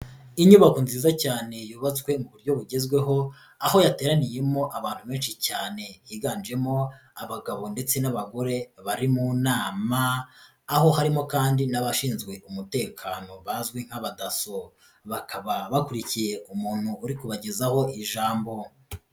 Inyubako nziza cyane yubatswe mu buryo bugezweho, aho yateraniyemo abantu benshi cyane higanjemo abagabo ndetse n'abagore bari mu nama, aho harimo kandi n'abashinzwe umutekano bazwi nk'abadaso, bakaba bakurikiye umuntu uri kubagezaho ijambo.